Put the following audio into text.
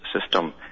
system